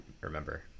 Remember